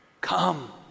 Come